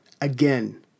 again